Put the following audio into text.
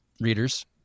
readers